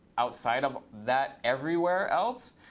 outside of that everywhere else,